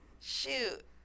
Shoot